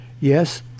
Yes